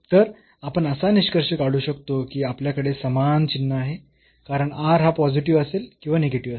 तर आपण असा निष्कर्ष काढू शकतो की आपल्याकडे समान चिन्ह आहे कारण r हा पॉझिटिव्ह असेल किंवा निगेटिव्ह असेल